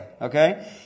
okay